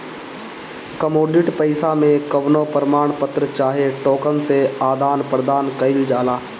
commodity पईसा मे कवनो प्रमाण पत्र चाहे टोकन से आदान प्रदान कईल जाला